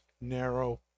narrow